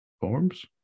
forms